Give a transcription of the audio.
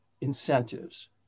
incentives